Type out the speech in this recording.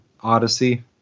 Odyssey